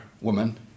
woman